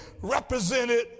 represented